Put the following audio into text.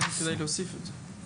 אולי כדאי להוסיף את זה